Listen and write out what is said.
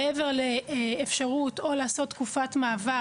מעבר לאפשרות לעשות תקופת מעבר,